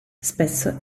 spesso